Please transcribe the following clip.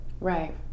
Right